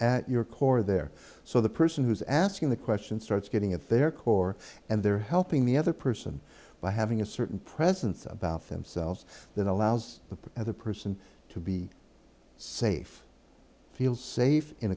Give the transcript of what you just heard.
at your core there so the person who's asking the question starts getting at their core and they're helping the other person by having a certain presence about themselves that allows the other person to be safe feel safe in